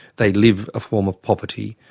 they live a form of poverty,